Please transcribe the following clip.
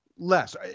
Less